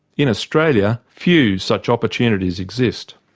in australia, few such opportunities exist.